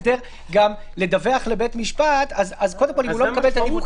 אחרי שאמרתי את זה כל אני בכל זאת אבקש מסיגל לומר את זה לפרוטוקול.